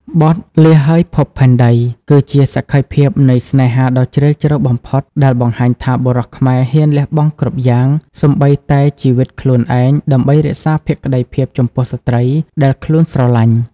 បទ "លាហើយភពផែនដី" គឺជាសក្ខីភាពនៃស្នេហាដ៏ជ្រាលជ្រៅបំផុត ដែលបង្ហាញថាបុរសខ្មែរហ៊ានលះបង់គ្រប់យ៉ាង សូម្បីតែជីវិតខ្លួនឯង ដើម្បីរក្សាភក្តីភាពចំពោះស្រ្តីដែលខ្លួនស្រឡាញ់។